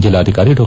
ಜಿಲ್ಲಾಧಿಕಾರಿ ಡಾ